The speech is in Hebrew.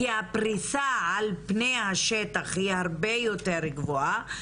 כי הפריסה על פני השטח היא הרבה יותר גבוהה,